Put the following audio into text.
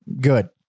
good